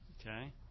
Okay